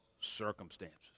circumstances